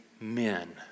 men